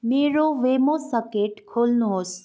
मेरो Wemo socket खोल्नुहोस्